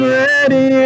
ready